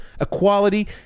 equality